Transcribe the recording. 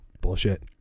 bullshit